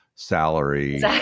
salary